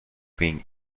being